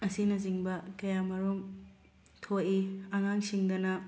ꯑꯁꯤꯅꯆꯤꯡꯕ ꯀꯌꯥ ꯃꯔꯨꯝ ꯊꯣꯛꯏ ꯑꯉꯥꯡꯁꯤꯡꯗꯅ